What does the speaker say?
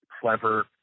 clever